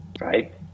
right